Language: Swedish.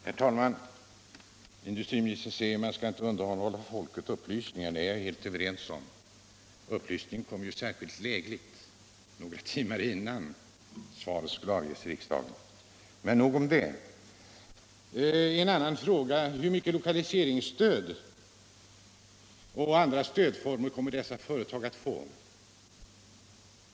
Herr talman! Industriministern säger att man inte skall undanhålla folket upplysningar, och om det är jag helt överens med honom. Upplysningen kom ju särskilt lägligt några timmar innan svaret skulle ges i riksdagen. Men nog om det. En annan fråga är: Hur mycket lokaliseringsstöd och stöd i annan form kommer de tilltänkta företagen att få?